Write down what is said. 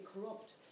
corrupt